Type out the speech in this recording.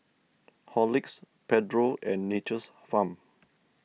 Horlicks Pedro and Nature's Farm